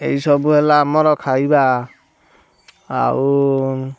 ଏଇ ସବୁ ହେଲା ଆମର ଖାଇବା ଆଉ